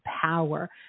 power